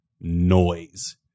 noise